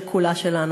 שכולה שלנו.